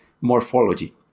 morphology